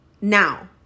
Now